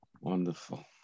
Wonderful